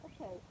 Okay